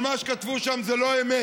אבל מה שכתבו שם זה לא האמת,